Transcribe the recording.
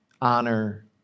honor